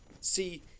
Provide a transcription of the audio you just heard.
See